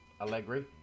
Allegri